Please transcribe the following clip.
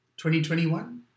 2021